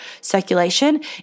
circulation